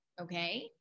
okay